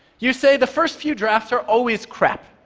you say, the first few drafts are always crap,